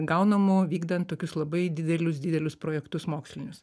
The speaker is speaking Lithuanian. gaunamų vykdant tokius labai didelius didelius projektus mokslinius